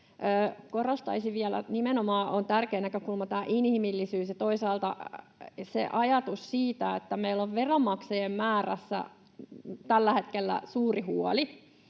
Korostaisin vielä, että nimenomaan on tärkeä näkökulma tämä inhimillisyys ja toisaalta se ajatus siitä, että meillä on veronmaksajien määrästä tällä hetkellä suuri huoli.